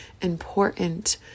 important